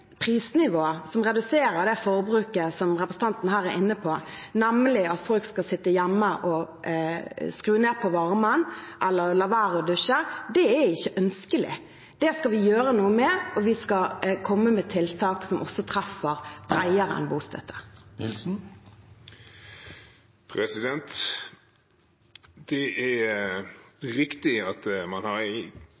som reduserer forbruket – får folk til å sitte hjemme og skru ned på varmen eller la være å dusje – ikke er ønskelig. Det skal vi gjøre noe med, og vi skal komme med tiltak som også treffer bredere enn bostøtte. Det er